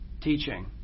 teaching